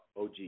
OG